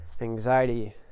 anxiety